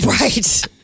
Right